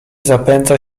zapędza